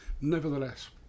Nevertheless